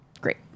Great